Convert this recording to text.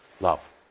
Love